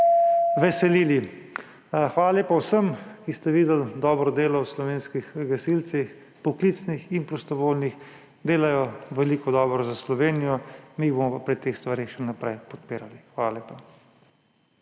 veselili. Hvala lepa vsem, ki ste videli dobro delo v slovenskih gasilcih, poklicnih in prostovoljnih. Delajo veliko dobrega za Slovenijo, mi jih bomo pa pri teh stvareh še naprej podpirali. Hvala lepa.